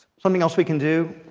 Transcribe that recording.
something else we can do,